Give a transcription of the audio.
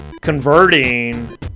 converting